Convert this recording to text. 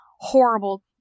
horrible